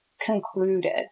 concluded